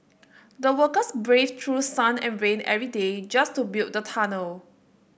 the workers braved through sun and rain every day just to build the tunnel